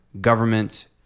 government